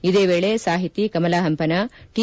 ಇದೇ ವೇಳಿ ಸಾಹಿತಿ ಕಮಲ ಹಂಪನ ಟಿ